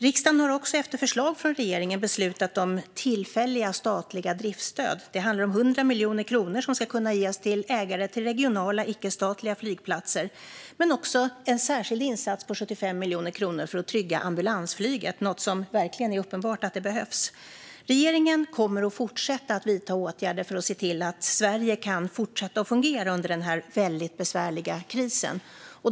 Riksdagen har också efter förslag från regeringen beslutat om tillfälliga statliga driftsstöd. Det handlar om 100 miljoner kronor, som ska kunna ges till ägare till regionala, icke-statliga flygplatser. Men det handlar också om en särskild insats på 75 miljoner kronor för att trygga ambulansflyget, något som verkligen uppenbart behövs. Regeringen kommer att fortsätta att vidta åtgärder för att se till att Sverige kan fortsätta att fungera under den här väldigt besvärliga krisen.